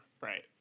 Right